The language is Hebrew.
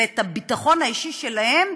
ואת הביטחון האישי שלהן,